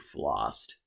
flossed